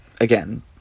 again